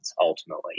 Ultimately